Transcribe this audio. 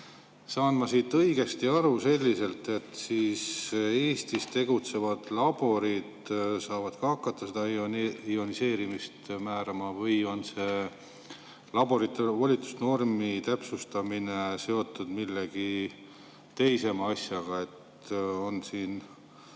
saan siit õigesti aru, et Eestis tegutsevad laborid saavad ka hakata seda ioniseerimist määrama? Või on see laborite volitusnormi täpsustamine seotud mingi teise asjaga? Siin